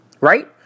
Right